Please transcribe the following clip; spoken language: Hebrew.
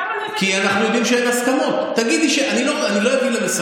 למה לא הבאתם את זה, כי אנחנו יודעים שאין הסכמות.